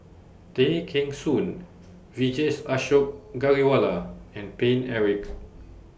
Tay Kheng Soon Vijesh Ashok Ghariwala and Paine Eric